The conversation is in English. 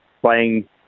playing